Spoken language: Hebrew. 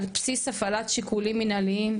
על בסיס הפעלת שיקולים מנהליים,